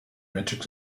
matrix